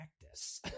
practice